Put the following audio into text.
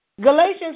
Galatians